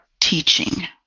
teaching